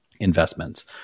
investments